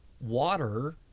water